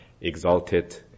exalted